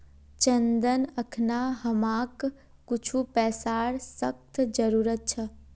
चंदन अखना हमाक कुछू पैसार सख्त जरूरत छ